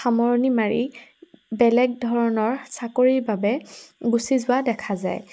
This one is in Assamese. সামৰণি মাৰি বেলেগ ধৰণৰ চাকৰিৰ বাবে গুচি যোৱা দেখা যায়